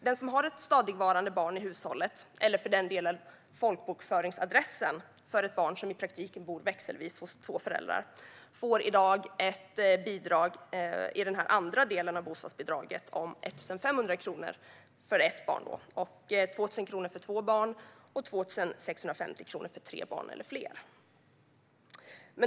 Den som har ett barn i hushållet stadigvarande, eller för delen folkbokföringsadressen för ett barn som i praktiken bor växelvis hos två föräldrar, får i dag ett bidrag i den här andra delen av bostadsbidraget om 1 500 kronor, 2 000 kronor för två barn och 2 650 kronor för tre barn eller fler.